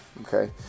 Okay